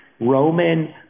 Roman